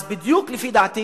אז לפי דעתי,